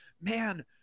man